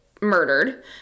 murdered